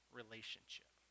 relationship